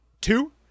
Two